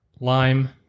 lime